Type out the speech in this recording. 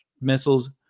missiles